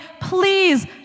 Please